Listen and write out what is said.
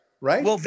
right